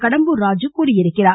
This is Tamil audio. கடம்பூர் ராஜீ தெரிவித்துள்ளார்